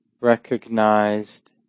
recognized